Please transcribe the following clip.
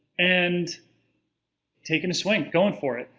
and taking a swing, going for it.